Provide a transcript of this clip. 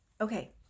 Okay